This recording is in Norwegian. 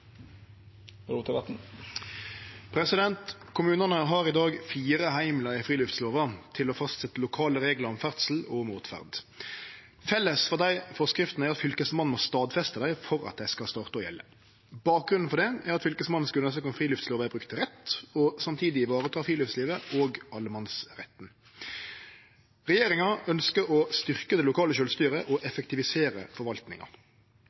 lovendringen. Kommunane har i dag fire heimlar i friluftslova til å fastsetje lokale reglar om ferdsel og åtferd. Felles for forskriftene er at Fylkesmannen må stadfeste dei for at dei skal gjelde. Bakgrunnen for det er at Fylkesmannen skal undersøkje om friluftslova er brukt rett, og samtidig vareta friluftslivet og allemannsretten. Regjeringa ønskjer å styrkje det lokale sjølvstyret og